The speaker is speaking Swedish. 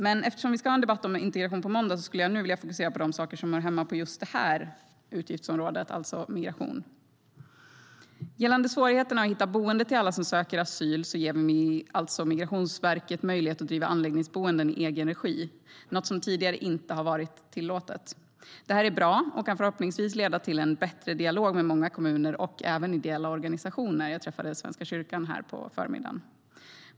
Men eftersom vi ska ha en debatt om integration på måndag skulle jag nu vilja fokusera på de saker som hör hemma på just det här utgiftsområdet, alltså migration. Gällande svårigheterna att hitta boende till alla som söker asyl ger vi Migrationsverket möjlighet att driva anläggningsboenden i egen regi, något som tidigare inte har varit tillåtet. Det är bra och kan förhoppningsvis leda till en bättre dialog med många kommuner och även ideella organisationer - jag träffade Svenska kyrkan på förmiddagen.